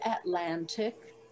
Atlantic